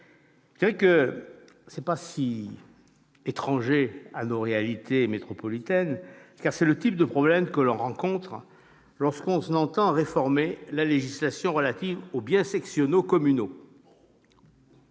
d'ailleurs pas si étranger à nos réalités métropolitaines ! C'est le type de problèmes que l'on peut rencontrer lorsque l'on entend réformer la législation relative aux biens sectionaux communaux.